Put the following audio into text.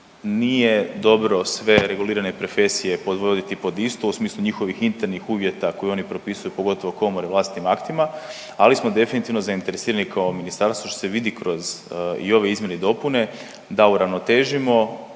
nije dobro sve regulirane profesije podvoditi pod istom u smislu njihovih internih uvjeta koje oni propisuju pogotovo komore vlastitim aktima, ali smo definitivno zainteresirani kao ministarstvo što se vidi kroz i ove izmjene i dopune da uravnotežimo,